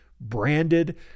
branded